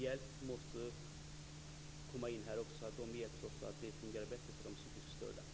Verkligheten är alltså en annan. Man hade önskat att det hade varit som Yilmaz Kerimo säger, men här finns mycket jobb att göra.